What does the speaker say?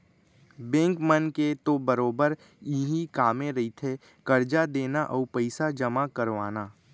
bank मन के तो बरोबर इहीं कामे रहिथे करजा देना अउ पइसा जमा करवाना